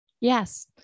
Yes